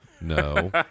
no